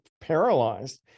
paralyzed